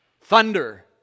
Thunder